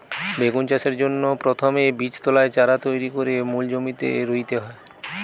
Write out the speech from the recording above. বেগুন চাষের জন্যে প্রথমে বীজতলায় চারা তৈরি কোরে মূল জমিতে রুইতে হয়